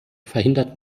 verhindert